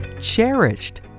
cherished